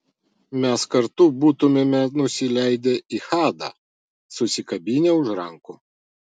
mes kartu būtumėme nusileidę į hadą susikabinę už rankų